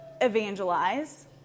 evangelize